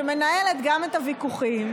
שמנהלת גם את הוויכוחים,